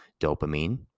Dopamine